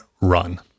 run